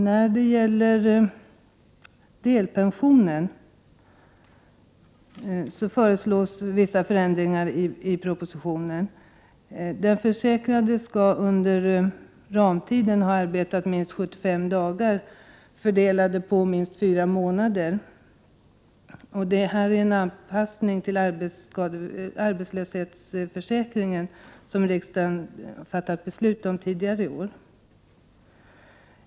När det gäller delpensionen föreslås i propositionen vissa förändringar. Den försäkrade skall under ramtiden ha arbetet minst 75 dagar, fördelade på minst fyra månader. Detta är en anpassning till arbetslöshetsförsäkringen, som riksdagen fattat beslut om tidigare i år.